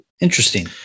Interesting